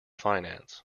finance